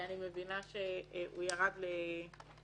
שאני מבינה שהוא ירד לטמיון,